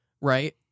Right